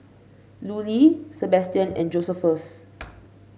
Lulie Sebastian and Josephus